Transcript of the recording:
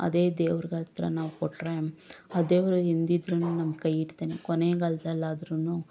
ಅದೇ ದೇವ್ರಿಗೆ ಹತ್ತಿರ ನಾವು ಕೊಟ್ರೆ ಆ ದೇವರು ಎಂದಿದ್ರೂ ನಮ್ಮ ಕೈ ಹಿಡ್ತಾನೆ ಕೊನೆಗಾಲದಲ್ಲಿ ಆದ್ರೂನು